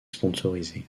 sponsorisé